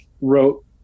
wrote